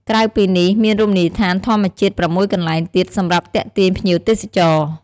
ក្រៅពីនេះមានរមនីយដ្ឋានធម្មជាតិ៦កន្លែងទៀតសម្រាប់ទាក់ទាញភ្ញៀវទេសចរណ៍។